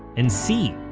and see,